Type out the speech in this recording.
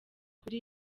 kuri